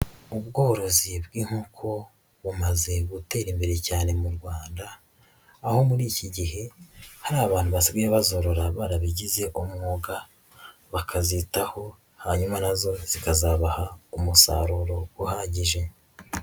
Ubworozi bw'inkko bumaze gutera imbere cyane mu Rwanda, aho muri iki gihe hari abantu basigaye bazorora barabigize umwuga, bakazitaho hanyuma nazo zikazabaha umusaruro uhagije.